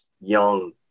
young